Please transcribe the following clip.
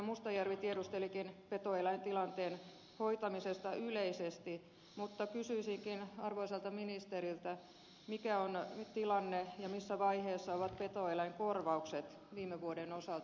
mustajärvi tiedustelikin petoeläintilanteen hoitamisesta yleisesti mutta kysyisin arvoisalta ministeriltä mikä on tilanne ja missä vaiheessa ovat petoeläinkorvaukset viime vuoden osalta